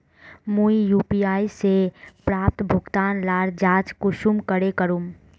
मुई यु.पी.आई से प्राप्त भुगतान लार जाँच कुंसम करे करूम?